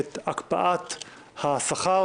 את הקפאת השכר,